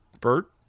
Bert